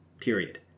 period